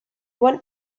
want